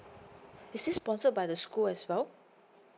is this sponsored by the school as well